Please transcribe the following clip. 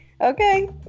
Okay